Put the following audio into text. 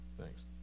Thanks